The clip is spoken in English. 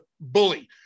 Bully